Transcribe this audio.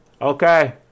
Okay